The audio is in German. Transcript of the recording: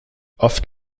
oft